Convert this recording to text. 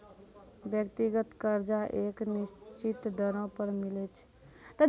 व्यक्तिगत कर्जा एक निसचीत दरों पर मिलै छै